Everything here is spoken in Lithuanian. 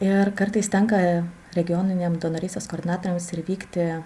ir kartais tenka regioniniam donorystės koordinatoriams ir vykti